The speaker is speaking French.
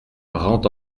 rend